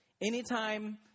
Anytime